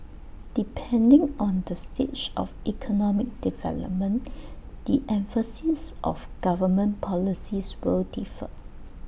depending on the stage of economic development the emphasis of government policies will differ